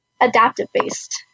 adaptive-based